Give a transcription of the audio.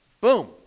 Boom